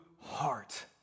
heart